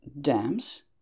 dams